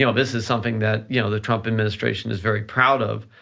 you know this is something that you know the trump administration is very proud of,